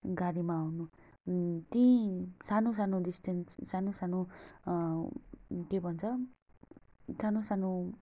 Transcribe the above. गाडीमा आउनु त्यहीँ सानो सानो डिस्टेन्स सानो सानो के भन्छ सानो सानो